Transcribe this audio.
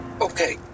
okay